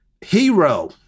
Hero